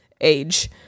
age